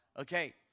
okay